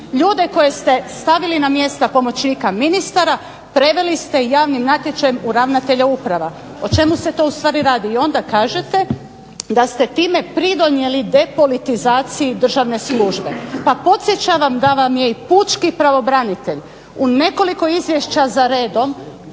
Ljude koje ste stavili na mjesta pomoćnika ministara preveli ste javnim natječajem u ravnatelje uprava. O čemu se tu ustvari radi? I onda kažete da ste time pridonijeli depolitizaciji državne službe. Pa podsjećam vas da vam je i pučki pravobranitelj u nekoliko izvješća za redom